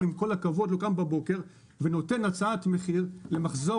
עם כל הכבוד לו קם בבוקר ונותן הצעת מחיר למחזור